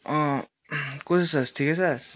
कस्तो छस् ठिकै छस्